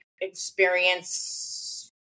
experience